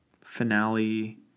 finale